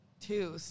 Two